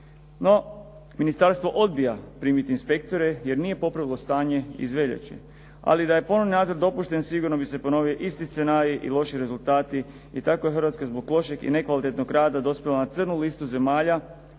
No, ministarstvo odbija primiti inspektore jer nije popravilo stanje iz veljače. Ali da je ponovni nadzor dopušten, sigurno bi se ponovio isti scenarij i loši rezultati. I tako je Hrvatska zbog lošeg i nekvalitetnog rada dospjela na crnu listu zemalja